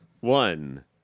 One